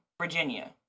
Virginia